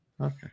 Okay